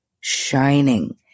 shining